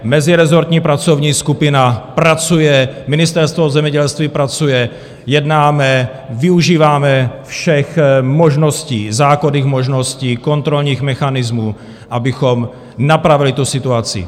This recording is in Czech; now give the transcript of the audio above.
Mezirezortní pracovní skupina pracuje, Ministerstvo zemědělství pracuje, jednáme, využíváme všech možností, zákonných možností, kontrolních mechanismů, abychom napravili tu situaci.